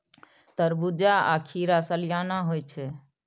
तरबूज्जा आ खीरा सलियाना होइ छै